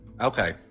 Okay